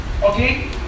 Okay